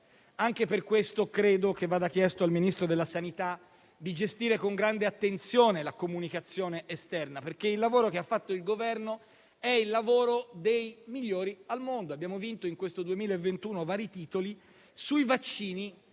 anche per questo credo che vada chiesto al Ministro della salute di gestire con grande attenzione la comunicazione esterna, perché quello che ha fatto il Governo è il lavoro dei migliori al mondo. In questo 2021 abbiamo vinto vari titoli e sui vaccini